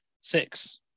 six